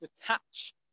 detach